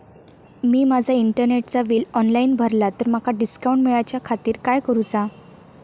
मी माजा इंटरनेटचा bill online भरला तर माका डिस्काउंट मिलाच्या खातीर काय करुचा?